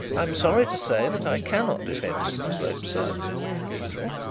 i am sorry to say that i cannot defend mr slope's sermon in the cathedral.